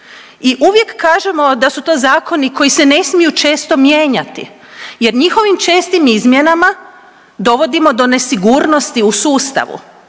i uvijek kažemo da su to zakoni koji se ne smiju često mijenjati jer njihovim čestim izmjenama dovodimo do nesigurnosti u sustavu,